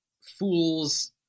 fools